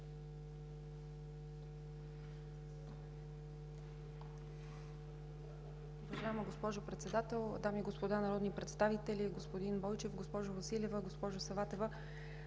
Уважаема госпожо Председател, дами и господа народни представители! Господин Бойчев, госпожо Василева, госпожо Саватева!